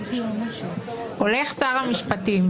הולך שר המשפטים,